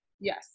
yes